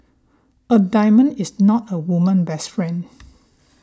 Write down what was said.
a diamond is not a woman best friend